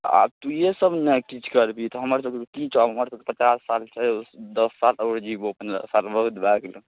आब तोँहीसब ने किछु करबही तऽ हमर सबके की छै हमर सबके पचास साल छै दस साल आओर जिबौ पनरह साल बहुत भऽ गेलौ